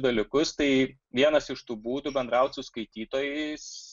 dalykus tai vienas iš tų būdų bendraut su skaitytojais